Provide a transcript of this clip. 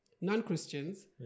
Non-Christians